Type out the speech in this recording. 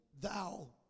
thou